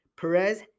Perez